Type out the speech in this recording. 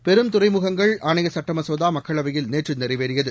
பெரும் துறைமுகங்கள் ஆணைய சட்ட மசோதா மக்களவையில் நேற்று நிறைவேறியது